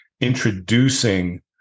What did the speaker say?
introducing